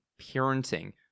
parenting